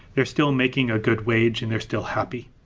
they're still making a good wage and they're still happy.